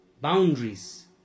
boundaries